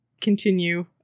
continue